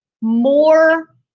more